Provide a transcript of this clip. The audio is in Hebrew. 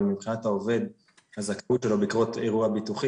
אבל מבחינת העובד הזכאות שלו בעקבות אירוע ביטוח,